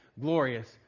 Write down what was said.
glorious